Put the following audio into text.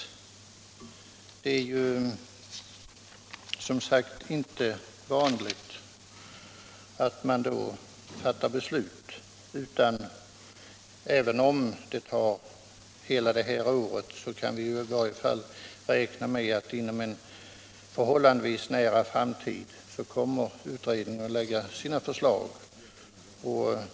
Det är som sagt inte vanligt att riksdagen fattar beslut i frågor som är under utredning. Även om utredningsarbetet tar hela det här året i anspråk kan vi i varje fall räkna med att inom en förhållandevis nära framtid kommer utredningen att lägga fram sina förslag.